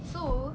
so